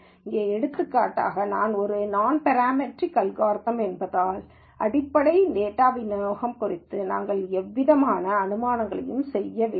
இங்கே எடுத்துக்காட்டாக இது ஒரு நான் பேரா மெட்ரிக் அல்காரிதம் என்பதால் அடிப்படை டேட்டாவிநியோகம் குறித்து நாங்கள் எந்தவிதமான அனுமானங்களையும் செய்யவில்லை